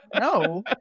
No